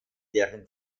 deren